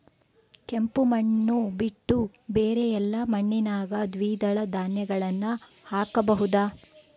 ಕೆಂಪು ಮಣ್ಣು ಬಿಟ್ಟು ಬೇರೆ ಎಲ್ಲಾ ಮಣ್ಣಿನಾಗ ದ್ವಿದಳ ಧಾನ್ಯಗಳನ್ನ ಹಾಕಬಹುದಾ?